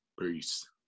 Peace